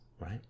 right